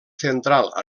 central